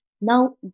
Now